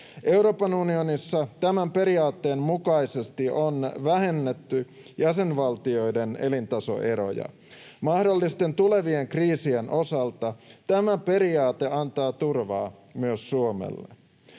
Euroopan unionissa tämän periaatteen mukaisesti on vähennetty jäsenvaltioiden elintasoeroja. Mahdollisten tulevien kriisien osalta tämä periaate antaa turvaa myös Suomelle.